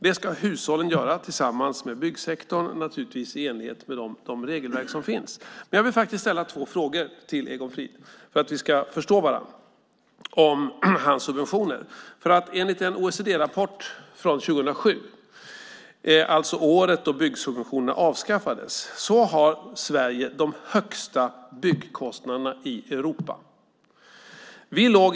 Det ska hushållen göra tillsammans med byggsektorn, naturligtvis i enlighet med de regelverk som finns. Jag vill ställa två frågor till Egon Frid för att vi ska förstå varandra. Enligt en OECD-rapport från 2007, alltså året då byggsubventionerna avskaffades, hade Sverige de högsta byggkostnaderna i Europa.